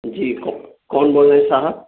جی کون بول رہے ہیں صاحب